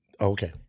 Okay